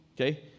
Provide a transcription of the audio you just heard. okay